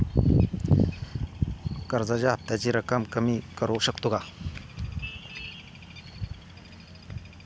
कर्जाच्या हफ्त्याची रक्कम कमी करू शकतो का?